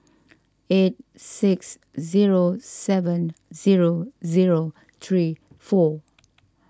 eight six zero seven zero zero three four